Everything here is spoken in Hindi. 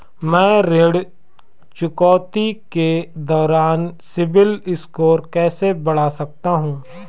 मैं ऋण चुकौती के दौरान सिबिल स्कोर कैसे बढ़ा सकता हूं?